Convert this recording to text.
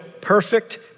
perfect